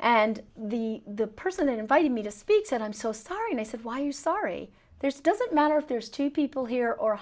and the the person invited me to speak said i'm so sorry and i said why are you sorry there's doesn't matter if there's two people here or